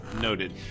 Noted